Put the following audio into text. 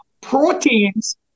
Proteins